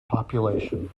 population